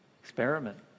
Experiment